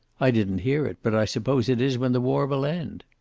i didn't hear it, but i suppose it is when the war will end?